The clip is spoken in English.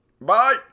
bye